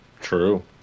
True